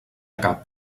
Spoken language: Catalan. cap